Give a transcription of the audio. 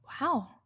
Wow